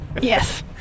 Yes